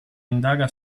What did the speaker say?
indaga